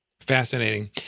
Fascinating